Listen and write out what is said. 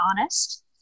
honest